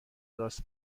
راست